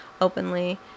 openly